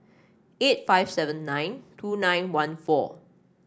eight five seven nine two nine one four